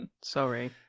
Sorry